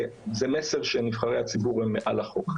זה מסר שנבחרי הציבור הם מעל החוק.